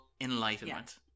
enlightenment